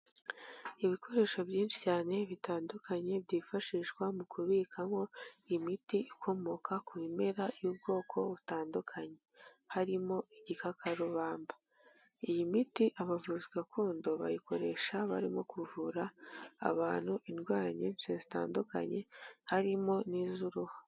Ibikoresho byinshi c yane bitandukany e, byifashishwa mu kubikamo imiti